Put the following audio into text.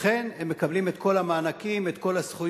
ואכן, הם מקבלים את כל המענקים, את כל הזכויות,